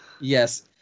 yes